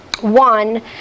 one